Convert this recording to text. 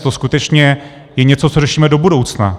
To skutečně je něco, co řešíme do budoucna.